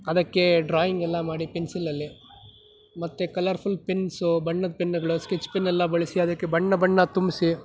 ಅದಕ್ಕೆ ಡ್ರಾಯಿಂಗೆಲ್ಲ ಮಾಡಿ ಪೆನ್ಸಿಲಲ್ಲಿ ಮತ್ತೆ ಕಲರ್ಫುಲ್ ಪೆನ್ಸು ಬಣ್ಣದ ಪೆನ್ನುಗಳು ಸ್ಕೆಚ್ ಪೆನ್ನೆಲ್ಲ ಬಳಸಿ ಅದಕ್ಕೆ ಬಣ್ಣ ಬಣ್ಣ ತುಂಬಿಸಿ